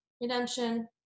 redemption